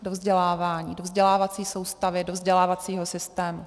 Do vzdělávání, do vzdělávací soustavy, do vzdělávacího systému.